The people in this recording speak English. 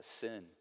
sin